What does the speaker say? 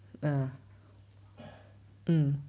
uh mm